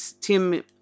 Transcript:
Tim